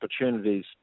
opportunities –